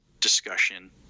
discussion